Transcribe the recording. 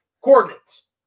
coordinates